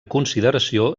consideració